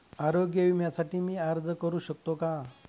आरोग्य विम्यासाठी मी अर्ज करु शकतो का?